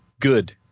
good